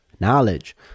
knowledge